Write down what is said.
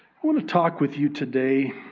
want to talk with you today